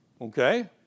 Okay